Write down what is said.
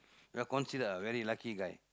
we're considered a very lucky guy